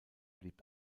blieb